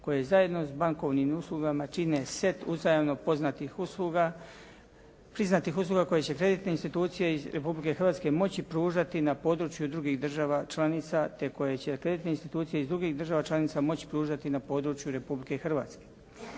koje zajedno s bankovnim uslugama čine set uzajamno poznatih usluga, priznatih usluga koje će kreditne institucije iz Republike Hrvatske moći pružati na području drugih država članica te koje će kreditne institucije iz drugih država članica moći pružati na području Republike Hrvatske.